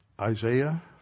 Isaiah